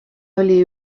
oli